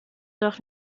doch